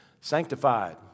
Sanctified